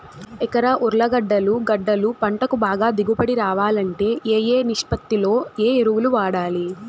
ఎకరా ఉర్లగడ్డలు గడ్డలు పంటకు బాగా దిగుబడి రావాలంటే ఏ ఏ నిష్పత్తిలో ఏ ఎరువులు వాడాలి?